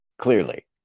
Clearly